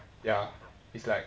ya it's like